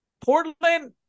Portland